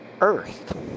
earth